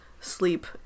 sleep